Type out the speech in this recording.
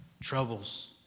troubles